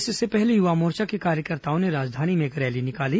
इससे पहले युवा मोर्चा के कार्यकर्ताओं ने राजधानी में एक रैली निकाली